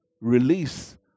release